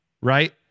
right